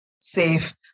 Safe